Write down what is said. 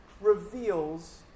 reveals